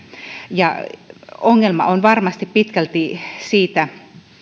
ja ongelma on varmasti pitkälti siitä